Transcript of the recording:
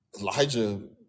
Elijah